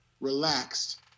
relaxed